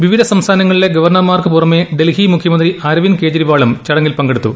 വിവിധ സംസ്ഥാനങ്ങളിലെ ഗവർണ്ണ്ർമാർക്കു പുറമെ ഡൽഹി മുഖ്യമന്ത്രി അരവിന്ദ് കെജ്രിവാളും ചടങ്ങിൽ പങ്കെടുത്തു